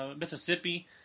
Mississippi